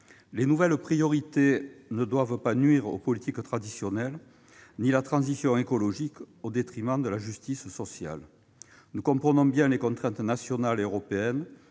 Les nouvelles priorités ne doivent pas nuire aux politiques traditionnelles, ni la transition écologique à la justice sociale. Nous comprenons bien les contraintes nationales et européennes-